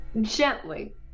gently